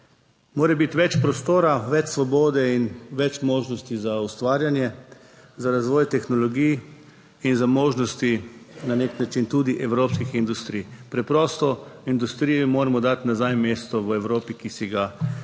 Mora biti več prostora, več svobode in več možnosti za ustvarjanje, za razvoj tehnologij in za možnosti na nek način tudi evropskih industrij. Preprosto industriji moramo dati nazaj mesto v Evropi, ki si ga na